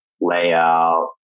layout